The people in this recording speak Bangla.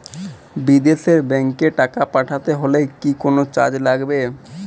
বিদেশের ব্যাংক এ টাকা পাঠাতে হলে কি কোনো চার্জ লাগবে?